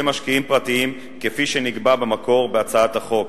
משקיעים פרטיים כפי שנקבע במקור בהצעת החוק.